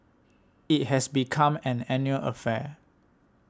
it has become an annual affair